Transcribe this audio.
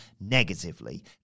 negatively